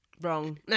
Wrong